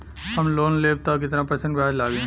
हम लोन लेब त कितना परसेंट ब्याज लागी?